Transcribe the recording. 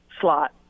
slot